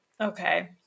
Okay